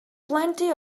plenty